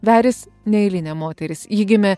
veris neeilinė moteris ji gimė